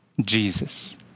Jesus